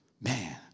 man